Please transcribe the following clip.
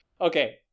Okay